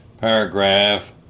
paragraph